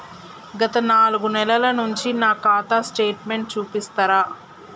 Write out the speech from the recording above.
గత నాలుగు నెలల నుంచి నా ఖాతా స్టేట్మెంట్ చూపిస్తరా?